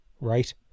Right